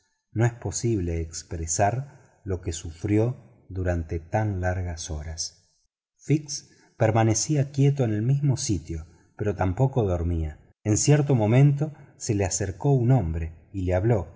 no es posible expresar lo que sufrió durante tan largas horas fix permanecía quieto en el mismo sitio pero tampoco dormía en cierto momento se le acercó un hombre y le habló